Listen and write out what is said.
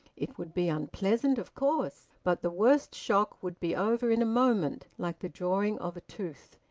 it would be unpleasant, of course, but the worst shock would be over in a moment, like the drawing of a tooth.